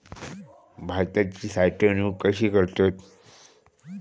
भाताची साठवूनक कशी करतत?